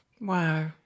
Wow